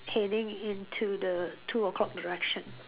heading into the two O-clock direction